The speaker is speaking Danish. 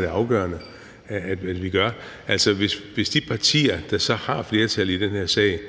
det afgørende. Hvis de partier, der så har flertal i den her sag,